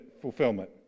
fulfillment